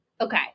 okay